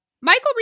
michael